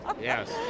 Yes